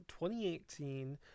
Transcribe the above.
2018